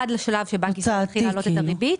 עד לשלב שבו בנק ישראל החליט להעלות את הריבית,